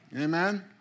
Amen